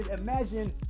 imagine